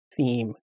theme